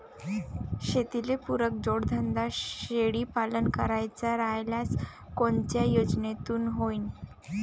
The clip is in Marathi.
शेतीले पुरक जोडधंदा शेळीपालन करायचा राह्यल्यास कोनच्या योजनेतून होईन?